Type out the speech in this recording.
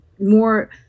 more